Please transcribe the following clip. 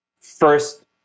First